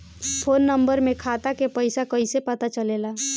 Phone number से खाता के पइसा कईसे पता चलेला?